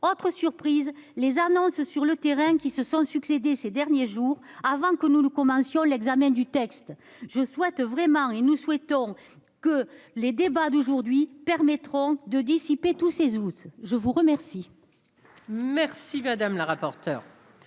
autre surprise, les annonces sur le terrain, qui se sont succédé ces derniers jours, avant que nous commencions l'examen du texte, je souhaite vraiment et nous souhaitons que les débats d'aujourd'hui permettront de dissiper tous ces août je vous remercie. Merci madame la rapporteure